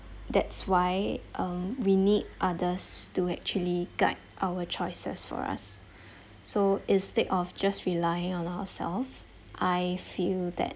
that's why uh we need others to actually guide our choices for us so instead of just relying on ourselves I feel that